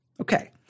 Okay